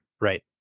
Right